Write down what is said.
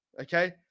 Okay